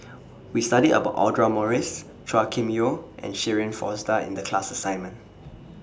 We studied about Audra Morrice Chua Kim Yeow and Shirin Fozdar in The class assignment